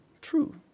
true